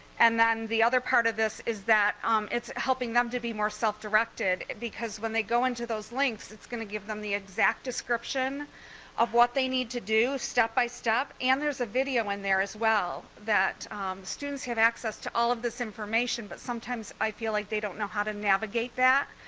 and then the other part of this is that um it's helping them to be more self-directed because when they go into those links it's gonna give them the exact description of what they need to do step-by-step and there's a video in there as well. students have access to all of this information but sometimes i feel like they don't know how to navigate that,